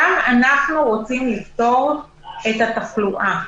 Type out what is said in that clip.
גם אנחנו רוצים לפתור את עניין התחלואה,